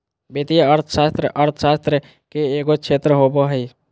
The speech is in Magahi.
वित्तीय अर्थशास्त्र अर्थशास्त्र के एगो क्षेत्र होबो हइ